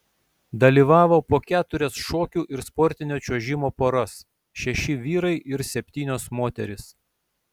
dalyvavo po keturias šokių ir sportinio čiuožimo poras šeši vyrai ir septynios moterys